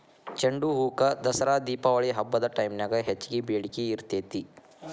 ಚಂಡುಹೂಕ ದಸರಾ ದೇಪಾವಳಿ ಹಬ್ಬದ ಟೈಮ್ನ್ಯಾಗ ಹೆಚ್ಚಗಿ ಬೇಡಿಕಿ ಇರ್ತೇತಿ